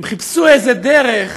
הם חיפשו איזו דרך